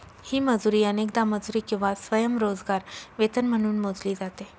ही मजुरी अनेकदा मजुरी किंवा स्वयंरोजगार वेतन म्हणून मोजली जाते